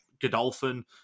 Godolphin